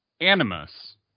animus